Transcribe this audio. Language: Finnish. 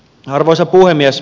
arvoisa puhemies